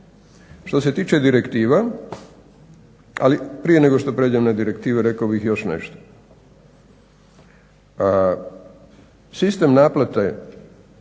Što se tiče direktiva, ali prije nego što pređem na direktive rekao bih još nešto, sistem naplate